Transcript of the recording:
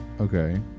Okay